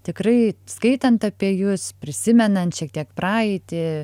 tikrai skaitant apie jus prisimenant šiek tiek praeitį